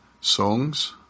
songs